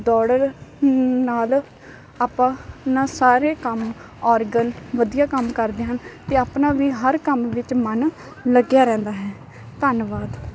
ਦੌੜਨ ਨਾਲ ਆਪਾਂ ਨਾ ਸਾਰੇ ਕੰਮ ਆਰਗਨ ਵਧੀਆ ਕੰਮ ਕਰਦੇ ਹਨ ਅਤੇ ਆਪਣਾ ਵੀ ਹਰ ਕੰਮ ਵਿੱਚ ਮਨ ਲੱਗਿਆ ਰਹਿੰਦਾ ਹੈ ਧੰਨਵਾਦ